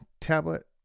tablet